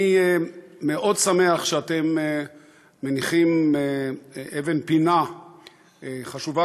אני מאוד שמח שאתם מניחים אבן פינה חשובה